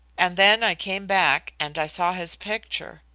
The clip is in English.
and then i came back and i saw his picture,